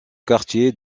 quartier